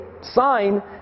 sign